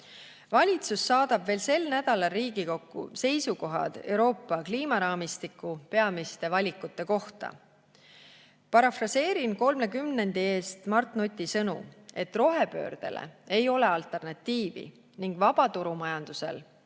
saadab veel sel nädalal Riigikokku seisukohad Euroopa kliimaraamistiku peamiste valikute kohta. Parafraseerin kolme kümnendi eest Mart Nuti öeldud sõnu, et rohepöördele ei ole alternatiivi ning vabaturumajandusel